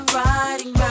riding